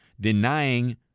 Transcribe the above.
denying